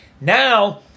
Now